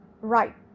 right